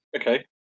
Okay